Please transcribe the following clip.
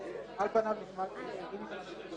או לבטל ולהעביר לפה.